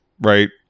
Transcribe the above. right